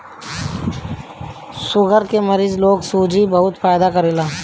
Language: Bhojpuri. शुगर के मरीज लोग के सूजी बहुते फायदा करेला